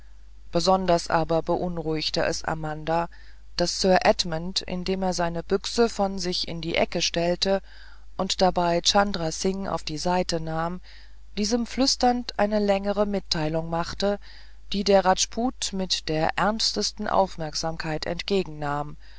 besonders aber beunruhigte es amanda daß sir edmund indem er seine büchse von sich in die ecke stellte und dabei chandra singh auf die seite nahm diesem flüsternd eine längere mitteilung machte die der rajput mit der ernstesten aufmerksamkeit entgegennahm